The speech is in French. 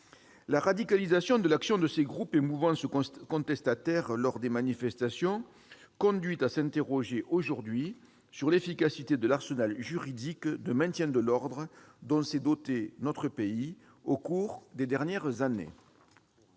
La radicalisation de l'action de ces groupes et mouvances contestataires lors des manifestations conduit à s'interroger aujourd'hui sur l'efficacité de l'arsenal juridique de maintien de l'ordre dont s'est doté notre pays au cours des dernières années.